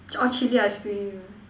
orh chilli ice cream